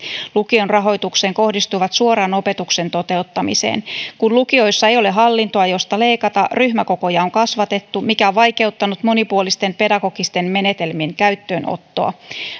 lukion rahoitukseen kohdistuvat suoraan opetuksen toteuttamiseen kun lukioissa ei ole hallintoa josta leikata ryhmäkokoja on kasvatettu mikä on vaikeuttanut monipuolisten pedagogisten menetelmien käyttöönottoa